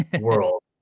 world